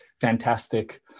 fantastic